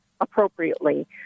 appropriately